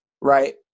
right